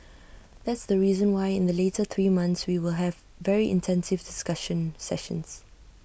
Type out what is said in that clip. that's the reason why in the later three months we will have very intensive discussion sessions